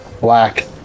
black